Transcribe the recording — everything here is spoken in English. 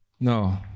No